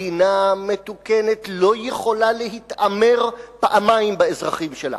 מדינה מתוקנת לא יכולה להתעמר פעמיים באזרחים שלה,